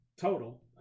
total